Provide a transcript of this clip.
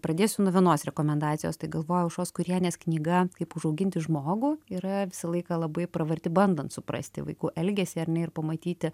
pradėsiu nuo vienos rekomendacijos tai galvojau aušros kurienės knyga kaip užauginti žmogų yra visą laiką labai pravarti bandant suprasti vaikų elgesį ar ne ir pamatyti